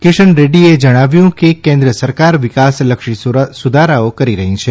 કિશન રેડ્ડીએ જણાવ્યું કે કેન્દ્ર સરકાર વિકાસલક્ષી સુધારાઓ કરી રહી છે